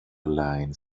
line